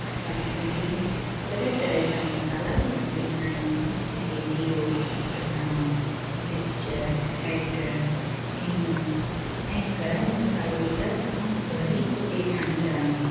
असां सिंधी तरह तरह जा मसाला बि वापिरींदा आहियूं जीअं की जीरो धाणा मिर्च हैड्र हींग ऐं गर्मु मसालो त असां घर ई कूटे ठाहींदा आयूं